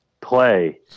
play –